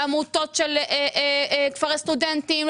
לעמותות של כפרי סטודנטים,